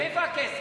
מאיפה הכסף?